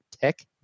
tech